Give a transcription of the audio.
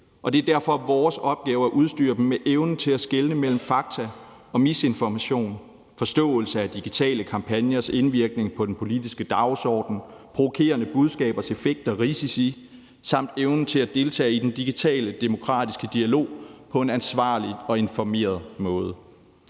det er derfor vores opgave at udstyre dem med evnen til at skelne mellem fakta og misinformation, en forståelse af digitale kampagners indvirkning på den politiske dagsorden og provokerende budskabers effekt og risici samt evnen til at deltage i den digitale demokratiske dialog på en ansvarlig og informeret måde.